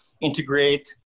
integrate